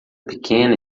pequena